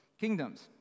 kingdoms